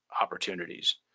opportunities